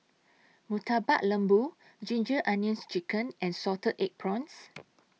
Murtabak Lembu Ginger Onions Chicken and Salted Egg Prawns